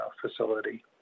facility